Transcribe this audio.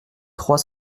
trois